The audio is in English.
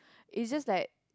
is just that